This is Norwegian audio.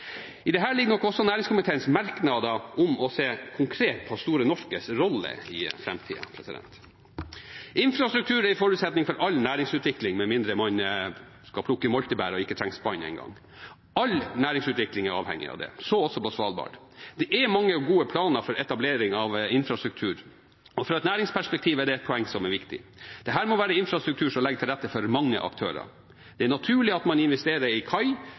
ligger nok også næringskomiteens merknader om å se konkret på Store Norskes rolle i framtida. Infrastruktur er en forutsetning for all næringsutvikling, med mindre man skal plukke moltebær og ikke engang trenger spann. All næringsutvikling er avhengig av det, så også på Svalbard. Det er mange og gode planer for etablering av infrastruktur. I et næringsperspektiv er det et poeng som er viktig. Dette må være infrastruktur som legger til rette for mange aktører. Det er naturlig at man investerer i kai,